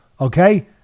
Okay